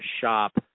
shop